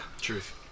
Truth